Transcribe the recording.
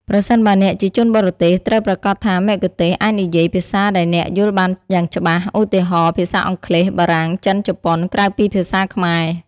ប្រសិនបើអ្នកជាជនបរទេស ត្រូវប្រាកដថាមគ្គុទ្ទេសក៍អាចនិយាយ ភាសាដែលអ្នកយល់បានយ៉ាងច្បាស់ ឧទាហរណ៍ ភាសាអង់គ្លេស បារាំង ចិន ជប៉ុន ក្រៅពីភាសាខ្មែរ។